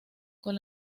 con